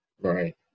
Right